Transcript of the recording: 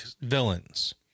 villains